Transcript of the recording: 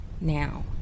now